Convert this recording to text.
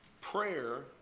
prayer